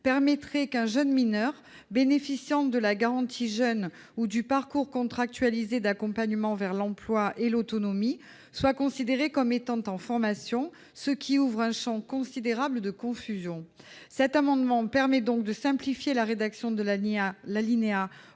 permettrait qu'un jeune mineur bénéficiant de la garantie jeunes ou du parcours contractualisé d'accompagnement vers l'emploi et l'autonomie soit considéré comme étant en formation, ce qui ouvre un champ considérable de confusions. Cet amendement permet de simplifier la rédaction de l'alinéa